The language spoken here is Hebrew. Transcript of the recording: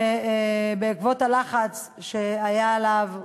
שבעקבות הלחץ שהיה עליו,